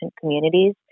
communities